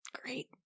Great